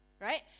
right